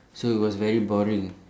so it was very boring